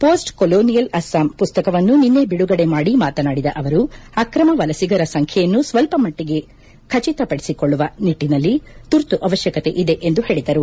post colonial Assam ಪುಸ್ತಕವನ್ನು ನಿನ್ನೆ ಬಿಡುಗಡೆ ಮಾಡಿ ಮಾತನಾಡಿದ ಅವರು ಅಕ್ರಮ ವಲಸಿಗರ ಸಂಖ್ಯೆಯನ್ನು ಸ್ವಲ್ಪಮಟ್ಟಗೆ ಖಚತಪಡಿಸಿಕೊಳ್ಳುವ ನಿಟ್ಟನಲ್ಲಿ ತುರ್ತು ಅವಶ್ಯಕತೆ ಇದೆ ಎಂದು ಹೇಳಿದರು